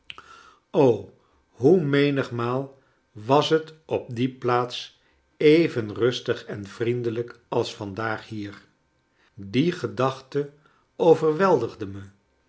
o hoe menigmaal was het op die plaats even rustig en vriendelrjk als vandaag hier die gedachte overweldigde me